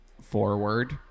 forward